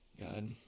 God